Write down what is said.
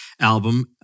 album